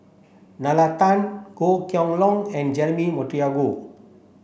Nalla Tan Goh Kheng Long and Jeremy